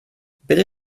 bitte